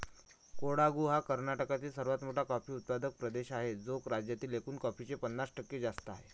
कोडागु हा कर्नाटकातील सर्वात मोठा कॉफी उत्पादक प्रदेश आहे, जो राज्यातील एकूण कॉफीचे पन्नास टक्के जास्त आहे